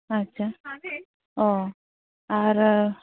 ᱟᱪᱪᱷᱟ ᱚ ᱟᱨ